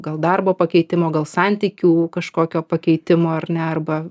gal darbo pakeitimo gal santykių kažkokio pakeitimo ar ne arba